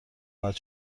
باید